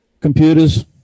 Computers